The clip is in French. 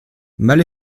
mâles